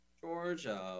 Georgia